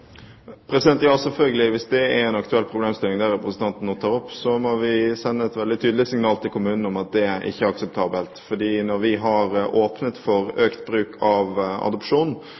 Ja, selvfølgelig! Hvis det er en aktuell problemstilling som representanten nå tar opp, må vi sende et veldig tydelig signal til kommunene om at det ikke er akseptabelt. Når vi har åpnet for økt bruk av adopsjon,